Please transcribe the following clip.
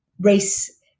race